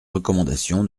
recommandations